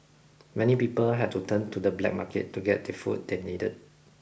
many people had to turn to the black market to get the food they needed